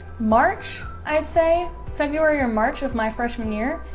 march i'd say february or march of my freshman year.